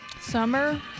summer